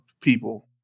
people